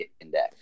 index